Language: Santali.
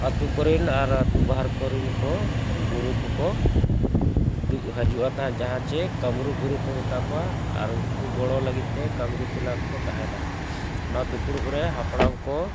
ᱟᱛᱳ ᱠᱚᱨᱮᱱ ᱟᱨ ᱟᱛᱳ ᱵᱟᱦᱮᱨ ᱠᱚᱨᱮᱱ ᱠᱚ ᱜᱩᱨᱩ ᱠᱚᱠᱚ ᱫᱩᱜ ᱦᱤᱡᱩᱜᱼᱟ ᱛᱟᱦᱮᱸᱜ ᱡᱟᱦᱟᱸ ᱪᱮᱫ ᱠᱟᱹᱢᱨᱩ ᱜᱩᱨᱩ ᱠᱚ ᱢᱮᱛᱟ ᱠᱚᱣᱟ ᱟᱨ ᱩᱱᱠᱩ ᱜᱚᱲᱚ ᱞᱟᱹᱜᱤᱫᱼᱛᱮ ᱠᱟᱹᱢᱨᱩ ᱪᱮᱞᱟ ᱠᱚᱠᱚ ᱛᱟᱦᱮᱱᱟ ᱚᱱᱟ ᱫᱩᱯᱲᱩᱵ ᱨᱮ ᱦᱟᱯᱲᱟᱢ ᱠᱚ